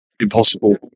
impossible